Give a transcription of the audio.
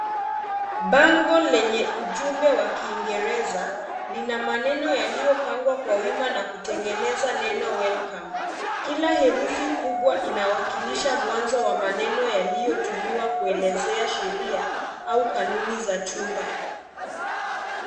Bango lenye ujumbe wa kiingereza lina maneno yaliyopangwa kwa wima na kutengeneza neno welcome . Kila herufi kubwa inawakilisha mwanza wa maneno yaliyotumiwa kuelezea sheria au kanuni za chumba.